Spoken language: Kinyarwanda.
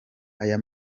aya